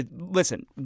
listen